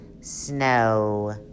snow